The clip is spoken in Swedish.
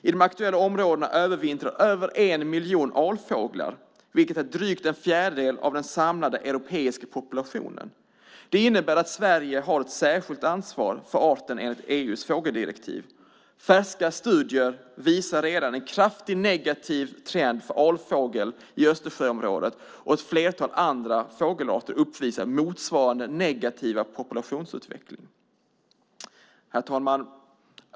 I de aktuella områdena övervintrar över en miljon alfåglar - drygt en fjärdedel av den samlade europeiska populationen. Det innebär att Sverige har ett särskilt ansvar för arten enligt EU:s fågeldirektiv. Färska studier visar redan på en kraftigt negativ trend för alfågel i Östersjöområdet. Ett flertal andra fågelarter uppvisar motsvarande negativa populationsutveckling. Herr talman!